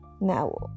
now